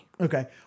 Okay